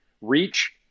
reach